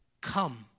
come